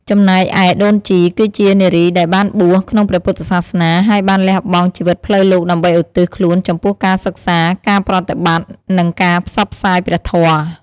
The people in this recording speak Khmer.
ចំណែកឯដូនជី គឺជា នារីដែលបានបួស ក្នុងព្រះពុទ្ធសាសនា ហើយបានលះបង់ជីវិតផ្លូវលោកដើម្បីឧទ្ទិសខ្លួនចំពោះការសិក្សា ការប្រតិបត្តិ និងការផ្សព្វផ្សាយព្រះធម៌។